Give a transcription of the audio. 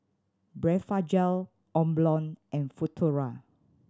Blephagel Omron and Futuro